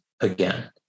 again